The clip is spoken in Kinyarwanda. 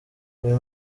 uyu